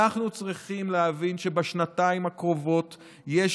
אנחנו צריכים להבין שבשנתיים הקרובות יש